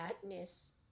sadness